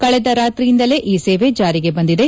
ಕಳೆದ ರಾತ್ರಿಯಿಂದಲೇ ಈ ಸೇವೆ ಜಾರಿಗೆ ಬಂದಿದೆ